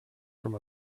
from